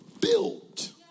built